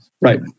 Right